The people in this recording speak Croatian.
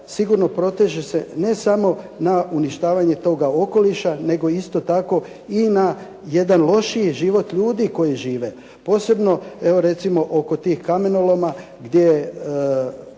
sigurno proteže ne samo na uništavanje toga okoliša, nego isto tako i na jedan lošiji život ljudi koji žive. Posebno, evo recimo oko tih kamenoloma gdje